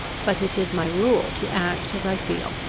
but it is my rule to act as i feel.